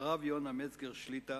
הרב יונה מצגר שליט"א,